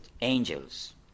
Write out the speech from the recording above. angels